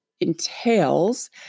entails